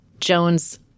jones